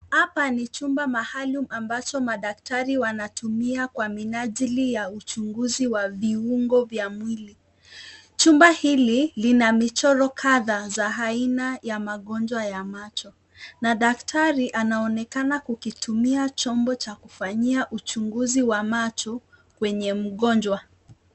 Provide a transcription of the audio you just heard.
Hapa ni chumba mahali ambacho madaktari wanatumia kwa minajili ya uchunguzi wa viungo vya mwili. Chumba hili lina michoro kadhaa za aina ya magonjwa ya macho. Na daktari anaonekana kukitumia chombo cha kufanyia uchunguzi wa macho kwenye mgonjwa.